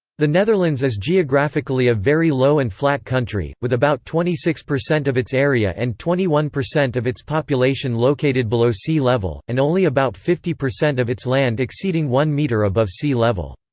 the netherlands is geographically a very low and flat country, with about twenty six percent of its area and twenty one percent of its population located below sea level, and only about fifty percent of its land exceeding one metre above sea level.